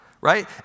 right